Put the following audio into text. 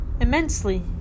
immensely